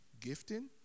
gifting